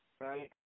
right